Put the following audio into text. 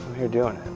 here doing